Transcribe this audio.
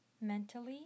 mentally